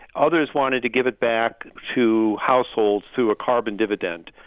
others wanted to give it back to households through a carbon dividend.